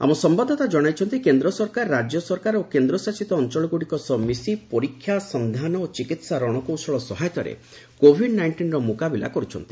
ଆମ ସମ୍ଭାଦଦାତା କଣାଇଛନ୍ତି କେନ୍ଦ୍ର ସରକାର' ରାଜ୍ୟସରକାର ଓ କେନ୍ଦ୍ରଶାସିତ ଅଞ୍ଚଳଗୁଡ଼ିକ ସହ ମିଶି ପରୀକ୍ଷା ସନ୍ଧ୍ୟାନ ଚିକିତ୍ସା ରଣକୌଶଳ ସହାୟତାରେ କୋଭିଡ୍ ନାଇଷ୍ଟିନ୍ର ମୁକାବିଲା କରୁଛନ୍ତି